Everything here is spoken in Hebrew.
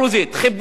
כיבדה אותה,